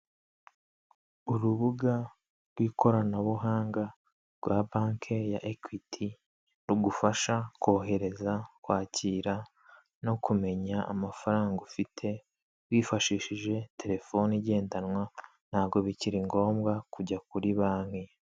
Urubuga rw'ikoranabuhanga rwa banki ya ekwiti rugufasha kohereza, kwakira no kumenya amafaranga ufite wifashishije terefone igendanwa ntabwogo bikiri ngombwa kujya kuri banki.